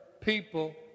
people